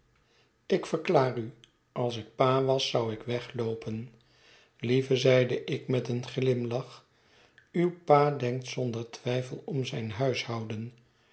ik verklaar u als ik pa was zou ik wegloopen lieve zeide ik met een glimlach uw papa denkt zonder twijfel om zijn huishouden